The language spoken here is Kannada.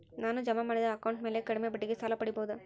ನಾನು ಜಮಾ ಮಾಡಿದ ಅಕೌಂಟ್ ಮ್ಯಾಲೆ ಕಡಿಮೆ ಬಡ್ಡಿಗೆ ಸಾಲ ಪಡೇಬೋದಾ?